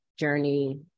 journey